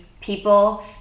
people